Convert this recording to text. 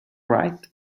right